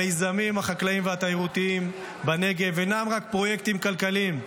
המיזמים החקלאיים והתיירותיים בנגב אינם רק פרויקטים כלכליים.